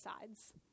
sides